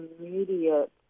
immediate